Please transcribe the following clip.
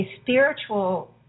spiritual